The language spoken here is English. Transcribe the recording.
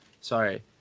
sorry